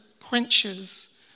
quenches